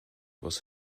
was